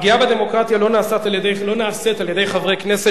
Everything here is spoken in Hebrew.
הפגיעה בדמוקרטיה לא נעשית על-ידי חברי כנסת